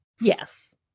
Yes